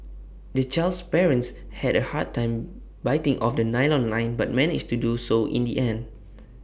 the child's parents had A hard time biting off the nylon line but managed to do so in the end